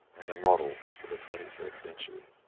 and a model for the twenty-first century.